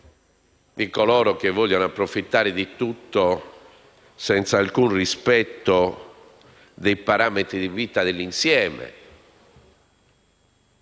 di coloro che vogliono approfittare di tutto senza alcun rispetto dei parametri di vita dell'insieme.